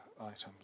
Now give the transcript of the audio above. items